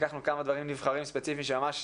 לקחנו כמה דברים נבחרים ספציפיים שממש